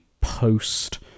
post